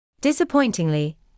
Disappointingly